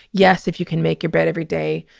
yes. if you can make your bed every day,